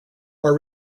are